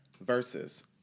Versus